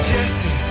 Jesse